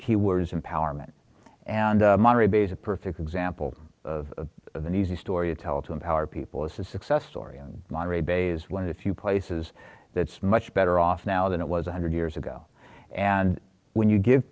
key word is empowerment and monterey bay is a perfect example of an easy story to tell to empower people it's a success story and monterey bay is one of the few places that's much better off now than it was a hundred years ago and when you give